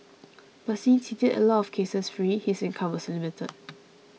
but since he did a lot of cases free his income was limited